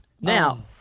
Now